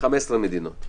15 מדינות.